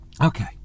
Okay